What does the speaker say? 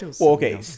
okay